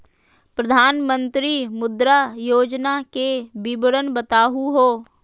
प्रधानमंत्री मुद्रा योजना के विवरण बताहु हो?